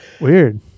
weird